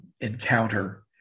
encounter